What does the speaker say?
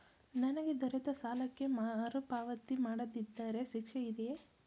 ನನಗೆ ದೊರೆತ ಸಾಲಕ್ಕೆ ಮರುಪಾವತಿ ಮಾಡದಿದ್ದರೆ ಶಿಕ್ಷೆ ಇದೆಯೇ?